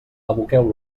aboqueu